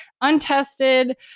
untested